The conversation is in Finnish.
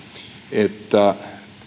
että